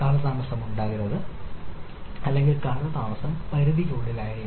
കാലതാമസം ഉണ്ടാകരുത് അല്ലെങ്കിൽ കാലതാമസം പരിധിക്കുള്ളിലായിരിക്കണം